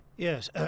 Yes